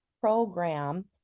program